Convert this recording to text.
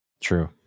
True